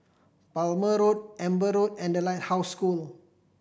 Palmer Road Amber Road and The Lighthouse School